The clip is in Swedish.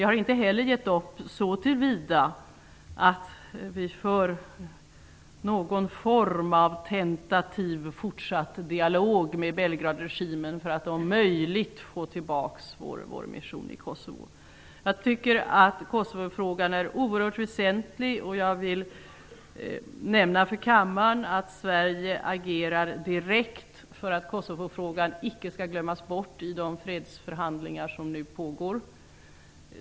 Vi har inte heller gett upp så till vida att vi för någon form av tentativ fortsatt dialog med Belgradregimen för att om möjligt få tillbaka vår mission i Kosovo. Jag tycker att Kosovofrågan är oerhört väsentlig. Jag vill nämna för kammaren att Sverige agerar direkt för att Kosovofrågan icke skall glömmas bort vid de fredsförhandlingar som nu pågår.